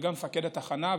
וגם מפקד התחנה.